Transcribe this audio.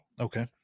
Okay